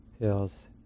feels